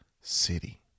City